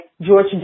George